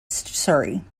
surrey